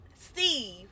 Steve